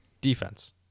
defense